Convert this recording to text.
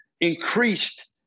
increased